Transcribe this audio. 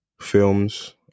films